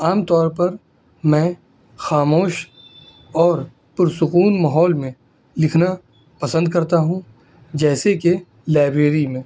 عام طور پر میں خاموش اور پرسکون ماحول میں لکھنا پسند کرتا ہوں جیسے کہ لائبریری میں